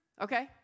Okay